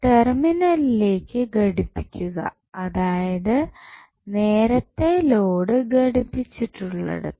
ടെർമിനലിലേക്ക് ഘടിപ്പിക്കുക അതായതു നേരത്തെ ലോഡ് ഘടിപ്പിച്ചിട്ടുള്ളിടത്തു